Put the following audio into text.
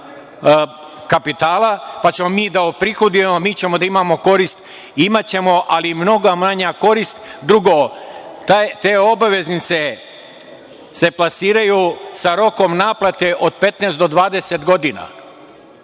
kapitala, pa ćemo da oprihodujemo, mi ćemo da imamo korist. Imaćemo, ali mnogo je manja korist. Drugo, te obveznice se plasiraju sa rokom naplate od 15 do 20 godina.